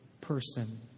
person